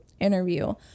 interview